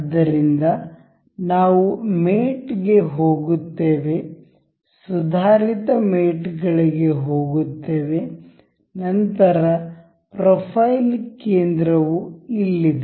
ಆದ್ದರಿಂದ ನಾವು ಮೇಟ್ಗೆ ಹೋಗುತ್ತೇವೆ ಸುಧಾರಿತ ಮೇಟ್ ಗಳಿಗೆ ಹೋಗುತ್ತೇವೆ ನಂತರ ಪ್ರೊಫೈಲ್ ಕೇಂದ್ರ ವು ಇಲ್ಲಿದೆ